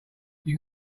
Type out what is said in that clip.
you